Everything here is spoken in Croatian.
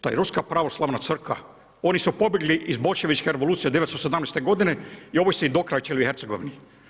To je ruska pravoslavna crkva, oni su pobjegli iz boljševičke revolucije 1917. godine i ovi su ih dokrajčili u Hercegovini.